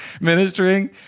ministering